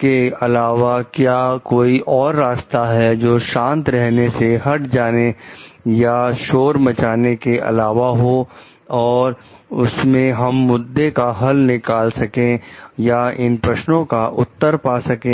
के अलावा क्या कोई और रास्ता है जो शांत रहने से हट जाने से या शोर मचाने के अलावा हो और उससे हम मुद्दे का हल निकाल सके या इस प्रश्न का उत्तर पा सकें